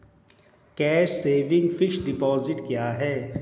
Tax saving fixed deposit क्या है?